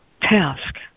task